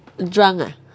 drunk ah